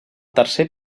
tercer